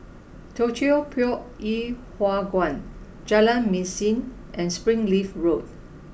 Teochew Poit Ip Huay Kuan Jalan Mesin and Springleaf Road